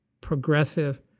progressive